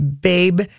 babe